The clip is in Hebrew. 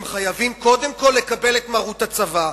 הם חייבים קודם כול לקבל את מרות הצבא.